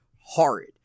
horrid